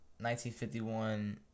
1951